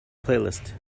playlist